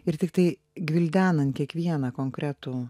ir tiktai gvildenant kiekvieną konkretų